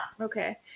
Okay